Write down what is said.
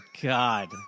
God